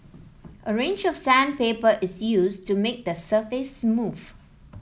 a range of sandpaper is used to make the surface smooth